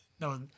no